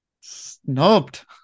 snubbed